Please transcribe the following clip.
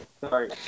Sorry